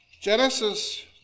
Genesis